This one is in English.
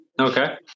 Okay